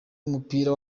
w’umupira